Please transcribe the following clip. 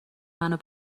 منو